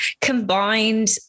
Combined